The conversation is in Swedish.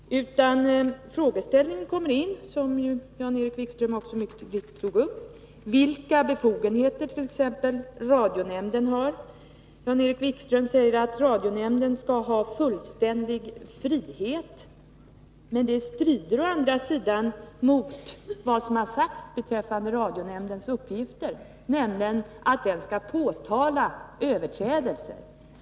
Den gäller, som Jan-Erik Wikström mycket riktigt tog upp, vilka befogenheter t.ex. radionämnden har. Jan-Erik Wikström säger att radionämnden skall ha fullständig frihet. Men det strider å andra sidan mot vad som har sagts beträffande radionämndens uppgifter, nämligen att den skall påtala överträdelser.